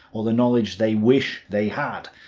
or the knowledge they wish they had,